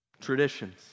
Traditions